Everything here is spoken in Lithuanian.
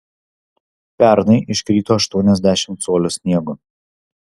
pernai iškrito aštuoniasdešimt colių sniego